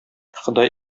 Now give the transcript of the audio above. ходай